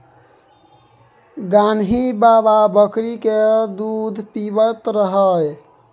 गान्ही बाबा बकरीक दूध पीबैत रहय